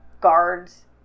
guards